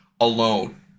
alone